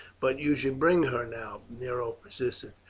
but you should bring her now, nero persisted.